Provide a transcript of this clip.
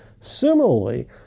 Similarly